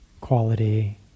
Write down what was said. quality